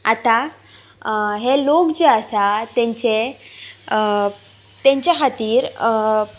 आतां हे लोक जे आसा तेंचे तेंच्या खातीर